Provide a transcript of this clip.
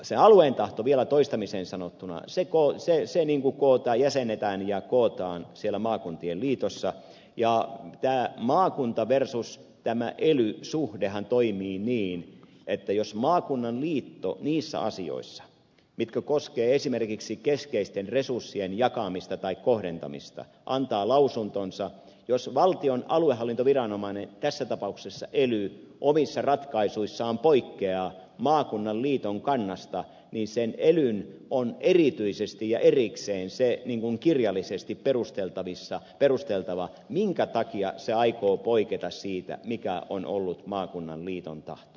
se alueen tahto vielä toistamiseen sanottuna kootaan jäsennetään ja kootaan siellä maakuntien liitoissa ja tämä maakunta versus ely suhdehan toimii niin että jos maakunnan liitto niissä asioissa jotka koskevat esimerkiksi keskeisten resurssien jakamista tai kohdentamista antaa lausuntonsa ja jos valtion aluehallintoviranomainen tässä tapauksessa ely omissa ratkaisuissaan poikkeaa maakunnan liiton kannasta niin sen elyn on erityisesti ja erikseen se kirjallisesti perusteltava minkä takia se aikoo poiketa siitä mikä on ollut maakunnan liiton tahto